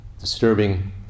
disturbing